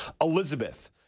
Elizabeth